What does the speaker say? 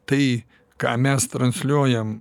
tai ką mes transliuojam